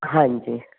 ਹਾਂਜੀ